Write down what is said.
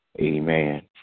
Amen